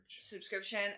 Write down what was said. subscription